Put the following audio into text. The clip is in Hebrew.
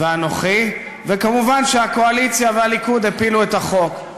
ואנוכי, וכמובן שהקואליציה והליכוד הפילו את החוק.